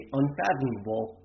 unfathomable